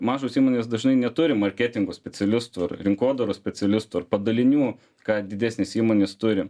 mažos įmonės dažnai neturi marketingo specialistų rinkodaros specialistų ar padalinių ką didesnės įmonės turi